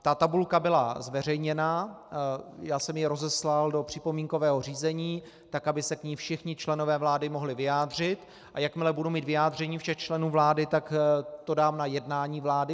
Ta tabulka byla zveřejněna, já jsem ji rozeslal do připomínkového řízení, tak aby se k ní všichni členové vlády mohli vyjádřit, a jakmile budu mít vyjádření všech členů vlády, tak to dám na jednání vlády.